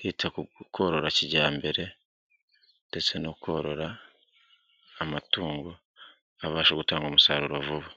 hita ku korora kijyambere ndetse no korora amatungo abasha gutanga umusaruro vuba.